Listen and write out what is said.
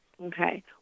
Okay